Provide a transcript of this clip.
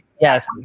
Yes